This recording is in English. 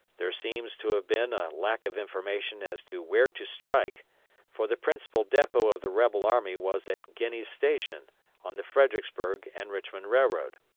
there seems to have been a lack of information as to where to strike for the principal depot of the rebel army was at guiney's station on the fredericksburg and richmond railroad.